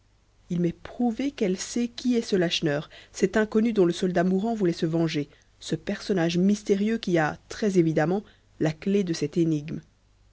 il m'est prouvé qu'elle sait qui est ce lacheneur cet inconnu dont le soldat mourant voulait se venger ce personnage mystérieux qui a très évidemment la clef de cette énigme